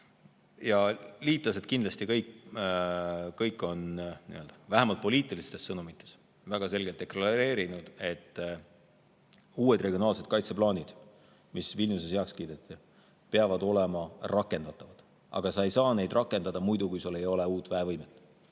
liitlased on vähemalt poliitilistes sõnumites väga selgelt deklareerinud, et uued regionaalsed kaitseplaanid, mis Vilniuses heaks kiideti, peavad olema rakendatavad. Aga me ei saa neid rakendada muidu, kui meil ei ole uut väevõimet.